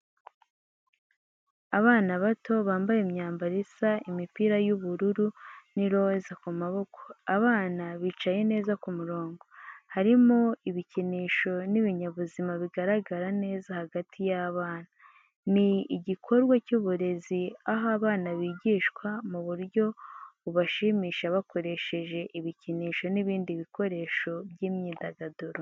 Abana bato bambaye imyambaro isa imipira y'ubururu n'iroza ku maboko. Abana bicaye neza ku murongo. Harimo ibikinisho n’ibinyabuzima bigaragara neza hagati y’abana. Ni igikorwa cy’uburezi aho abana bigishwa mu buryo bubashimisha bakoresheje ibikinisho n'ibindi ibikoresho by’imyidagaduro.